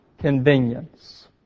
convenience